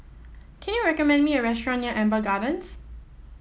can you recommend me a restaurant near Amber Gardens